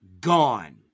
Gone